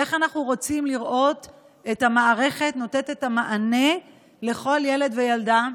איך אנחנו רוצים לראות את המערכת נותנת את המענה לכל ילד וילדה?